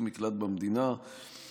מקלט במדינה בתקופת מלחמת העולם השנייה.